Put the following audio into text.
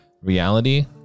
reality